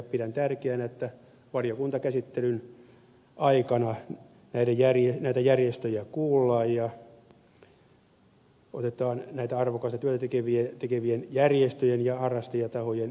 pidän tärkeänä että valiokuntakäsittelyn aikana näitä järjestöjä kuullaan ja otetaan näiden arvokasta työtä tekevien järjestöjen ja harrastajatahojen mielipiteet huomioon